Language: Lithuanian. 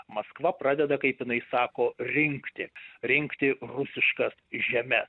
maskva pradeda kaip jinai sako rinkti rinkti rusiškas žemes